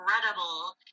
incredible